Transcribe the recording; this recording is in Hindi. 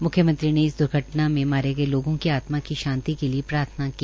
म्ख्यमंत्री ने इस द्र्घटना मे मारे गये लोगों की आत्मा की शांति के लिए प्रार्थना की